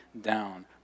down